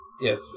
Yes